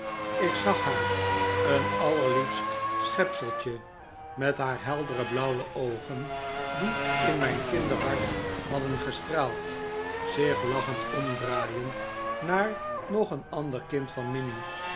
ik zag haar een allerliefst schepseltje met haar heldere blauwe oogen die in mijn kinderhart hadden gestraald zich lachend omdraaien naar nog een ander kind van minnie